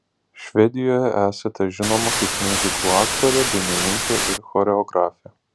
švedijoje esate žinoma kaip miuziklų aktorė dainininkė ir choreografė